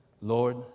Lord